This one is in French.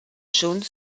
jaune